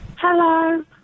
Hello